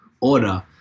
Order